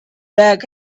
back